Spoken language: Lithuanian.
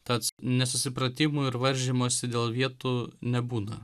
tad nesusipratimų ir varžymosi dėl vietų nebūna